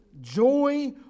joy